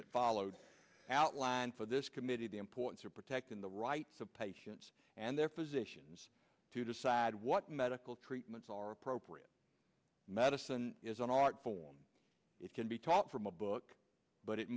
that followed outlined for this committee the importance of protecting the rights of patients and their physicians to decide what medical treatments are appropriate medicine is an art form it can be taught from a book but it